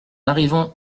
arrivons